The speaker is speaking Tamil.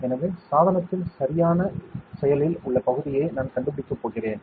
எனவே சாதனத்தின் சரியான செயலில் உள்ள பகுதியை நான் கண்டுபிடிக்கப் போகிறேன்